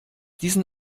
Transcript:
diesen